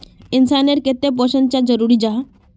इंसान नेर केते पोषण चाँ जरूरी जाहा?